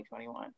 2021